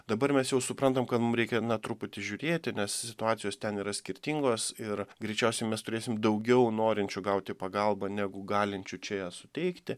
dabar mes jau suprantam kad mum reikia truputį žiūrėti nes situacijos ten yra skirtingos ir greičiausiai mes turėsim daugiau norinčių gauti pagalbą negu galinčių čia ją suteikti